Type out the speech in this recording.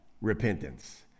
repentance